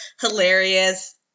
hilarious